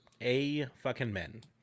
A-fucking-men